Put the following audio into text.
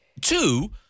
two